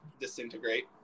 disintegrate